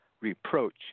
reproach